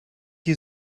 you